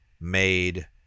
made